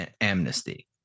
amnesty